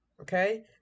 okay